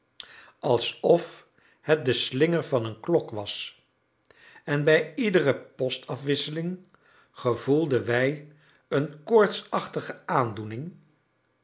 alsof het de slinger van een klok was en bij iedere postafwisseling gevoelden wij een koortsachtige aandoening